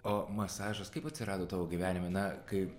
o masažas kaip atsirado tavo gyvenime na kai